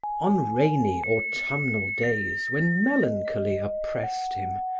on rainy autumnal days when melancholy oppressed him,